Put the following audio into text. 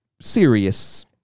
serious